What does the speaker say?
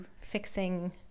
fixing